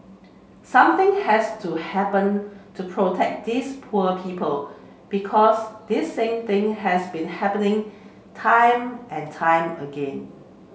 something has to happen to protect these poor people because this same thing has been happening time and time again